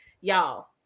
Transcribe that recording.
y'all